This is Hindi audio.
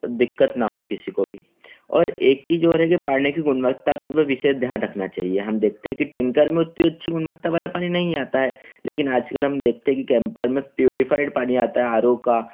दिक्कत न हो किसी को भी और एक चीज़ और है कि पानी की गुणवता को ऊपर विशेष ध्यान रखना चाहिए हम देखते हैं की टैंकर में उतनी अच्छी गुणवता वाला पानी नहीं आता है लेकिन आज कल हम देखते हैं कि कैम्पर में प्योरिफाइड पानी आता है आर ओ का